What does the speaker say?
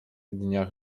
dniach